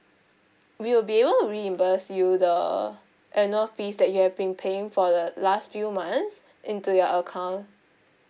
we'll be able reimburse you the annual fees that you have been paying for the last few months into your account